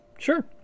Sure